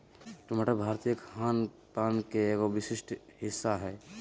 टमाटर भारतीय खान पान के एगो विशिष्ट हिस्सा हय